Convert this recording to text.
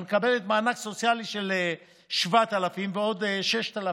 אבל היא מקבלת מענק סוציאלי של 7,000 ועוד 6,000,